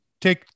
take